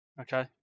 Okay